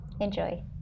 Enjoy